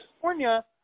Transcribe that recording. California